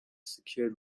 secured